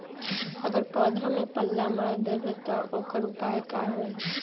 अगर पौधा में पल्ला मार देबे त औकर उपाय का होई?